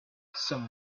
some